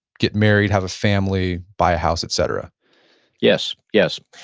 get married, have a family, buy a house, et cetera yes, yes,